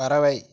பறவை